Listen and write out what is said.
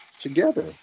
together